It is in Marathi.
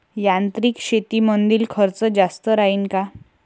यांत्रिक शेतीमंदील खर्च जास्त राहीन का?